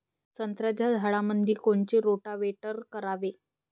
संत्र्याच्या झाडामंदी कोनचे रोटावेटर करावे?